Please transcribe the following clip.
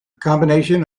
combination